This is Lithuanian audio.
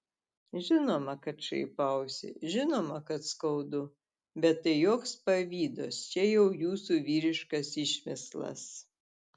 žinoma kad šaipausi žinoma kad skaudu bet tai joks pavydas čia jau jūsų vyriškas išmislas